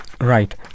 right